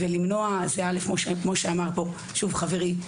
כפי שאמר פה חברי,